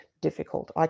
difficult